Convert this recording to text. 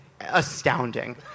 astounding